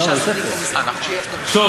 טוב,